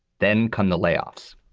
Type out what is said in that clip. then come the layoffs.